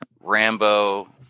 Rambo